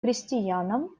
крестьянам